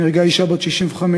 נהרגה אישה בת 65,